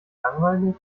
langweilig